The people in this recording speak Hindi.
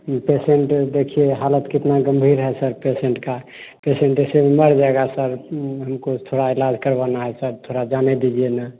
पेशेंट तो देखिए हालत कितना गंभीर है सर पेशेंट का पेशेंट इसमें मर जाएगा सर हमको थोड़ा इलाज करवाना है सर थोड़ा जाने दीजिए न